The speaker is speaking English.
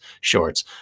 shorts